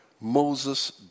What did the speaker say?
Moses